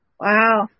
Wow